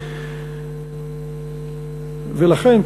ולכן,